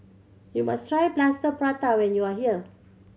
you must try Plaster Prata when you are here